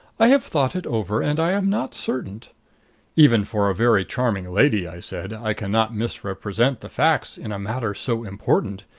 i have thought it over and i am not certain even for a very charming lady, i said i can not misrepresent the facts in a matter so important.